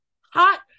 hot